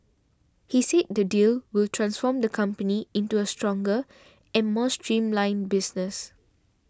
he said the deal will transform the company into a stronger and more streamlined business